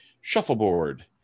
shuffleboard